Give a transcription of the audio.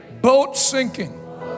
boat-sinking